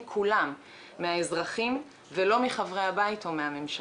כולם מהאזרחים ולא מחברי הבית או מהממשלה.